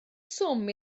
swm